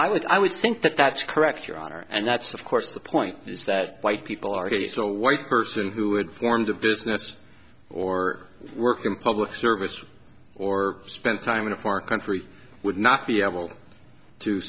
i would i would think that that's correct your honor and that's of course the point is that white people are gay so white person who had formed a business or work in public service or spent time in a foreign country would not be able to